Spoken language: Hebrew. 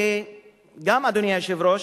אדוני היושב-ראש,